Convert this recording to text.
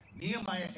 Nehemiah